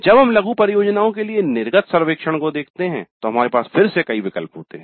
जब हम लघु परियोजनाओं के लिए निर्गत सर्वेक्षण को देखते हैं तो हमारे पास फिर से कई विकल्प होते हैं